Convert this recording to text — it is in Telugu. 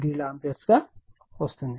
44o ఆంపియర్ గా లభిస్తుంది